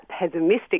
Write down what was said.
pessimistic